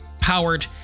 powered